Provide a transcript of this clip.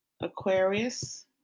aquarius